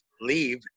leave